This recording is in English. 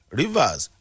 rivers